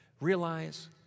Realize